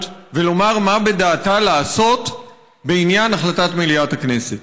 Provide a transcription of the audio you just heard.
ולומר מה בדעתה לעשות בעניין החלטת מליאת הכנסת.